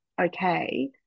okay